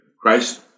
Christ